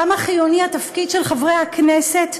כמה חיוני התפקיד של חברי הכנסת,